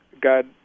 God